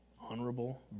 honorable